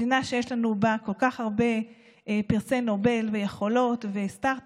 מדינה שיש לנו בה כל כך הרבה פרסי נובל ויכולות וסטרטאפים,